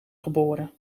geboren